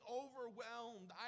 overwhelmed